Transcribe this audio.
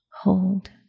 hold